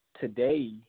today